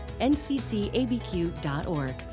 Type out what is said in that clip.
nccabq.org